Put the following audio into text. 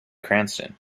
cranston